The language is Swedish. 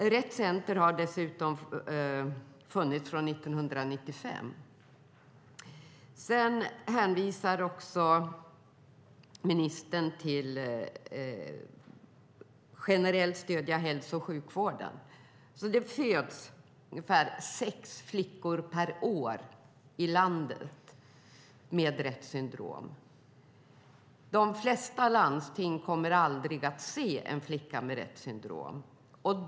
Rett Center har dessutom funnits sedan 1995. Ministern hänvisar också till regeringens olika initiativ för att generellt stödja hälso och sjukvården. Det föds ungefär sex flickor per år i landet med Retts syndrom. De flesta landsting kommer aldrig att se en flicka med Retts syndrom.